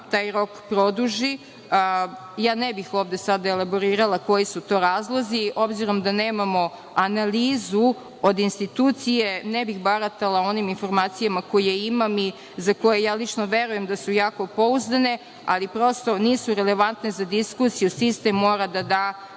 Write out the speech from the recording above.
taj rok produži. Ja ne bih sada ovde elaborirala koji su to razlozi, obzirom da nemamo analizu od institucije, ne bih baratala onim informacijama koje imam i za koje ja lično verujem da su jako pouzdane, ali, prosto, nisu relevantne za diskusiju. Sistem mora da da